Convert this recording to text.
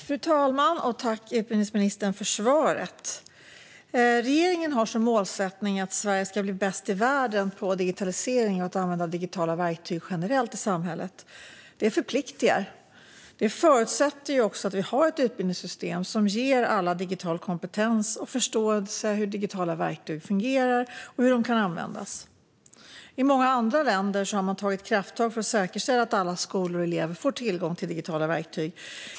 Fru talman! Tack, utbildningsministern, för svaret! Regeringen har som målsättning att Sverige ska bli bäst i världen på digitalisering och att använda digitala verktyg generellt i samhället. Det förpliktar. Det förutsätter också att vi har ett utbildningssystem som ger alla digital kompetens och förståelse för hur digitala verktyg fungerar och hur de kan användas. I många andra länder har man tagit krafttag för att säkerställa att alla skolor och elever får tillgång till digitala verktyg.